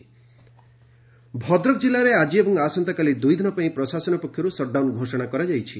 shutdown Bhadrak Bhadrak ଜିଲ୍ବାରେ ଆଜି ଏବଂ ଆସନ୍ତାକାଲି ଦୁଇଦିନ ପାଇଁ ପ୍ରଶାସନ ପକ୍ଷର୍ ସଟ୍ଡାଉନ୍ ଘୋଷଣା କରାଯାଇଛି